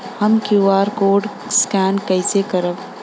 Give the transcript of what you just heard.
हम QR code scan कइसे करब?